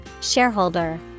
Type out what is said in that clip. Shareholder